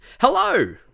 Hello